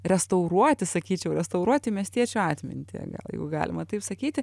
restauruoti sakyčiau restauruoti miestiečių atmintį jeigu galima taip sakyti